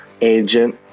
agent